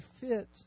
fit